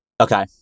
Okay